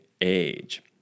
age